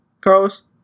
Carlos